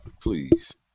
please